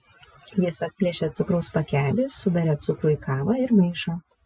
jis atplėšia cukraus pakelį suberia cukrų į kavą ir maišo